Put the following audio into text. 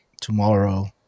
tomorrow